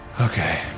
Okay